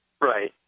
Right